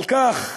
על כן,